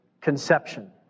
conception